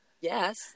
Yes